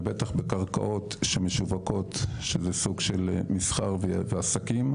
ובטח בקרקעות המשווקות שזה סוג של מסחר ועסקים,